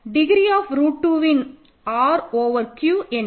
degree of root 2 in R over Q என்ன